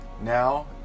Now